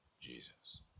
Jesus